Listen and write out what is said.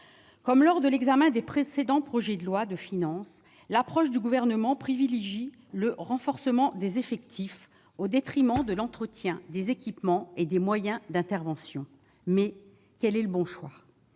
Comme lors de l'examen des précédents projets de loi de finances, l'approche du Gouvernement privilégie le renforcement des effectifs au détriment de l'entretien des équipements et des moyens d'intervention. Mais quel est le bon choix ?